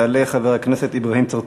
יעלה חבר הכנסת אברהים צרצור.